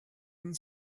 and